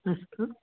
अस्तु